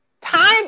Time